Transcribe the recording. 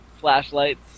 flashlights